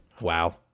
Wow